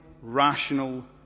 rational